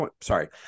Sorry